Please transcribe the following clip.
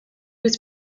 was